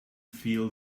feel